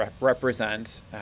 represent